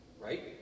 right